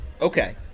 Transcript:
Okay